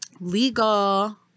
legal